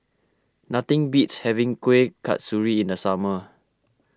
nothing beats having Kuih Kasturi in the summer